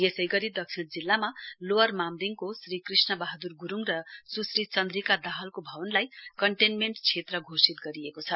यसै गरी दक्षिण जिल्लामा लोवर मामरिङको श्री कृष्ण बहाद्र ग्रुङ र स्श्री चन्द्रिका दाहालको भवनलाई कन्टेन्मेण्ट क्षेत्र घोषित गरिएको छ